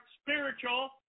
spiritual